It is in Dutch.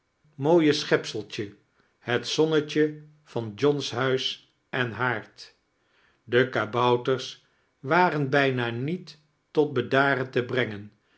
mooie sohepseltje het zonnetje van john's huis en haard de kabouters waren bijna niet tot bedaren te brengen